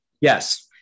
Yes